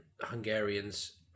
Hungarians